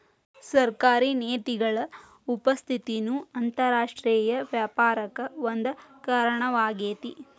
ಸರ್ಕಾರಿ ನೇತಿಗಳ ಉಪಸ್ಥಿತಿನೂ ಅಂತರರಾಷ್ಟ್ರೇಯ ವ್ಯಾಪಾರಕ್ಕ ಒಂದ ಕಾರಣವಾಗೇತಿ